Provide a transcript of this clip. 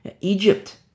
Egypt